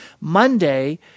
Monday